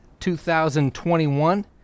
2021